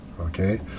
Okay